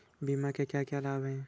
बीमा के क्या क्या लाभ हैं?